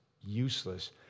Useless